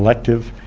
elective